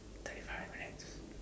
thirty five minutes